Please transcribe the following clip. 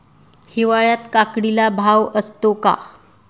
हिवाळ्यात काकडीला भाव असतो का?